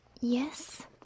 yes